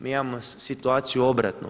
Mi imamo situaciju obratnu.